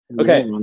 Okay